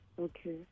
okay